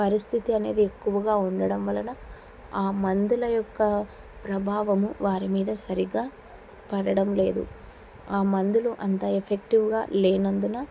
పరిస్థితి అనేది ఎక్కువగా ఉండడం వలన ఆ మందుల యొక్క ప్రభావము వారి మీద సరిగ్గా పడడం లేదు ఆ మందులు అంత ఎఫెక్టివ్గా లేనందున